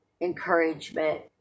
encouragement